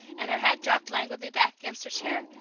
and her head dropped languidly back against her chair,